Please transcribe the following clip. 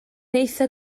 eithaf